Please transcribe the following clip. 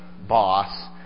boss